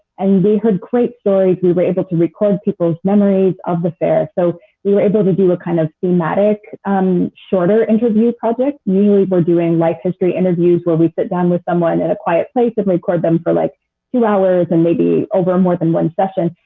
and we heard great stories. we were able to record people's memories of the fair. so we were able to do a kind of thematic um shorter interview project. we we were doing life history interviews where we sit down with someone in a quiet place and record them for like two hours and maybe over more than one session.